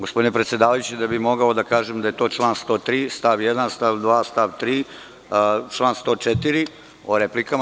Gospodine predsedavajući, da bi mogao da kažem da je to član 103. stav 1. stav 2, stav 3. član 104. o replikama.